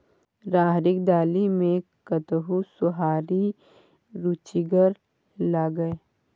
राहरिक दालि मे कतहु सोहारी रुचिगर लागय?